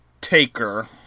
Taker